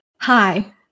Hi